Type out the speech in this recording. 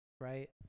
right